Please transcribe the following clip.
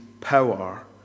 Power